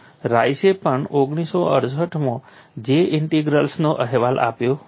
રાઇસે પણ 1968 માં J ઇન્ટિગ્રલનો અહેવાલ આપ્યો હતો